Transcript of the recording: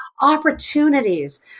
Opportunities